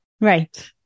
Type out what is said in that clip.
Right